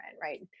right